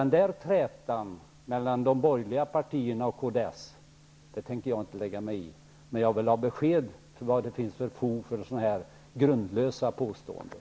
Trätan mellan de borgerliga partierna och kds tänker jag inte lägga mig i, men jag vill ha besked om vad det finns för fog för Dan Ericssons grundlösa påståenden.